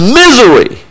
misery